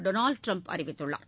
Donald Trump தெரிவித்துள்ளார்